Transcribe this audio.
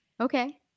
Okay